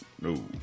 no